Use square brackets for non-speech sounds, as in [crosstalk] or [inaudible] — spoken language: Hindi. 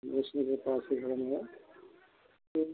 दस में से पाँच [unintelligible] तो